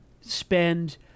spend